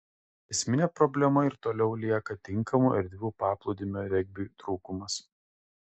esminė problema ir toliau lieka tinkamų erdvių paplūdimio regbiui trūkumas